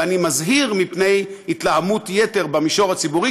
ואני מזהיר מפני התלהמות יתר במישור הציבורי,